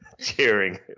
cheering